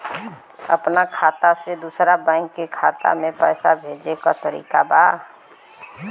अपना खाता से दूसरा बैंक के खाता में पैसा भेजे के तरीका का बा?